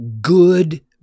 good